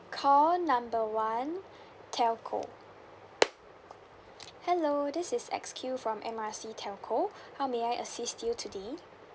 call number one telco hello this is X Q from M R C telco how may I assist you today